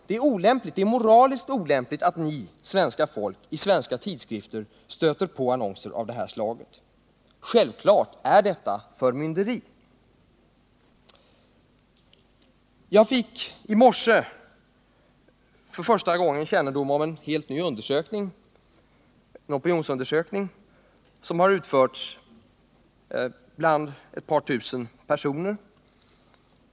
Det är moraliskt olämpligt att ni, svenska folk, i svenska tidskrifter stöter på annonser av det här slaget. Självklart är detta förmynderi. Jag fick i morse för första gången kännedom om en helt ny opinionsundersökning som utförts bland ett par tusen personer.